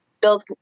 build